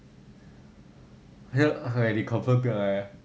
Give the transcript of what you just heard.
你 confirm 不要来 ah